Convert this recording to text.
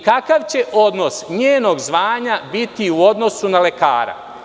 Kakav će odnos njenog zvanja biti u odnosu na lekara?